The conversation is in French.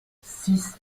six